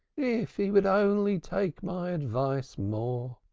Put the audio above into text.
if he would only take my advice more!